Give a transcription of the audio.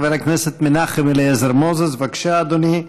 חבר הכנסת מנחם אליעזר מוזס, בבקשה, אדוני,